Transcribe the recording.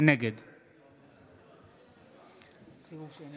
נגד סיבוב שני,